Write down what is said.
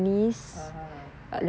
(uh huh) !huh!